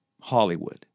Hollywood